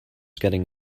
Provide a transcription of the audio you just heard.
getting